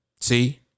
See